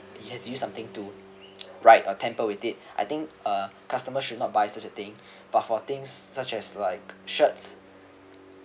you have to do something to write or tamper with it I think uh customer should not buy such a thing but for things such as like shirts